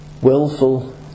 Willful